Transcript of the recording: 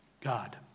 God